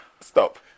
Stop